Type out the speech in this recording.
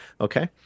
okay